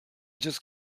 just